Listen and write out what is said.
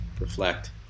Reflect